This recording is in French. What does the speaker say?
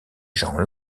gens